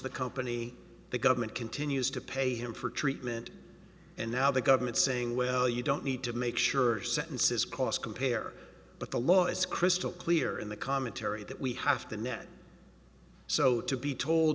the company the government continues to pay him for treatment and now the government saying well you don't need to make sure sentences cost compare but the law is crystal clear in the commentary that we have to net so to be told